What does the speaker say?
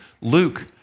Luke